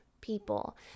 people